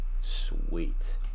sweet